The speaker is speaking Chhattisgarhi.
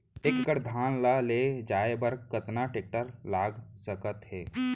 एक एकड़ धान ल ले जाये बर कतना टेकटर लाग सकत हे?